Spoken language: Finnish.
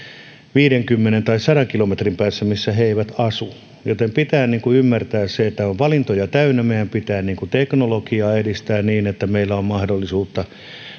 viisikymmentä tai sadan kilometrin päässä missä he eivät asu joten pitää ymmärtää se että elämä on valintoja täynnä meidän pitää teknologiaa edistää niin että meillä on mahdollisuutta